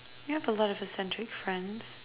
you have a lot of eccentric friends